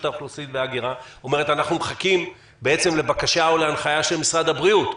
האוכלוסין וההגירה ואומרת: אנחנו מחכים לבקשה או להנחיה של משרד הבריאות.